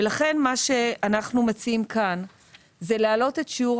לכן מה שאנחנו מציעים כאן זה להעלות את שיעור